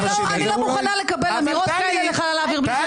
תמיד, הכול מהראש.